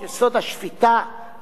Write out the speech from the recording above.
יהיה לו מעמד עליון?